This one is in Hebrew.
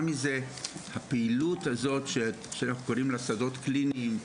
מזה הפעילות שאנחנו קוראים לה "שדות הקליניים"